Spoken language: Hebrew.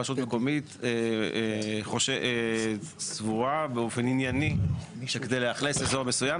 רשות מקומית סבורה באופן ענייני שכדי לאכלס אזור מסוים,